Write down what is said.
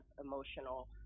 emotional